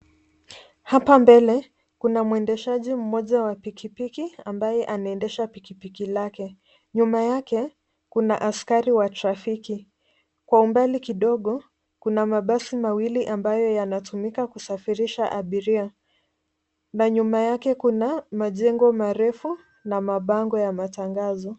Hapa mbele kuna mwendeshaji mmoja wa pikipiki ambaye anaendesha pikipiki lake . Nyuma yake kuna askari wa trafiki . Kwa umbali kidogo, kuna mabasi mawili ambayo yanatumika kusafirisha abiria na nyuma yake kuna majengo marefu na mabango ya matangazo.